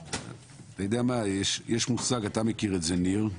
אתה יודע מה - יש מושג, אתה מכיר את זה ניר,